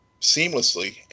seamlessly